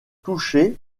touchés